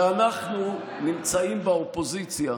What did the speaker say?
כשאנחנו נמצאים באופוזיציה,